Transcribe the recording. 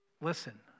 Listen